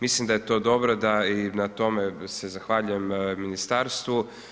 Mislim da je to dobro da i na tome se zahvaljujem na ministarstvu.